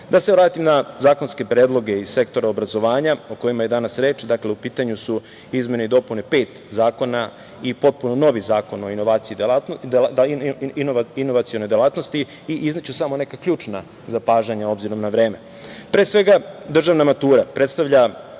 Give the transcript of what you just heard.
se vratim na zakonske predloge iz sektora obrazovanja o kojima je danas reč. Dakle, u pitanju su izmene i dopune pet zakona i potpuno novi zakon o inovacionoj delatnosti i izneću samo neka ključna zapažanja obzirom na vreme. Pre svega, državna matura, predstavlja